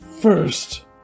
First